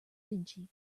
vinci